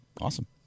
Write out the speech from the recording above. Awesome